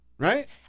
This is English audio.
Right